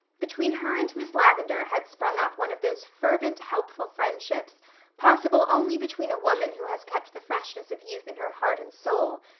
between her and miss lavendar had sprung up one of those fervent, helpful friendships possible only between a woman who has kept the freshness of youth in her heart and soul,